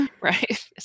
right